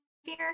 fear